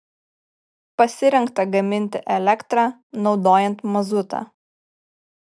pasirengta gaminti elektrą naudojant mazutą